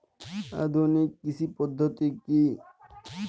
আধুনিক কৃষি পদ্ধতি কী?